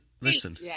listen